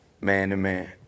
man-to-man